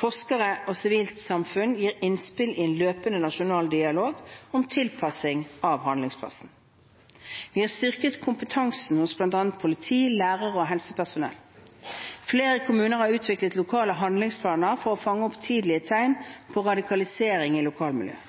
Forskere og sivilt samfunn gir innspill i en løpende nasjonal dialog om tilpasning av handlingsplanen. Vi har styrket kompetansen hos bl.a. politi, lærere og helsepersonell. Flere kommuner har utviklet lokale handlingsplaner for å fange opp tidligere tegn på radikalisering i lokalmiljøet.